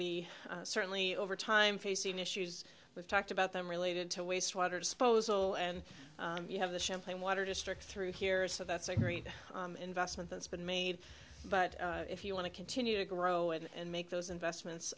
be certainly over time facing issues we've talked about them related to wastewater disposal and you have the champlain water district through here so that's a great investment that's been made but if you want to continue to grow and make those investments